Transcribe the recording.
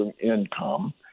income